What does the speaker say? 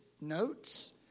notes